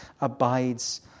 abides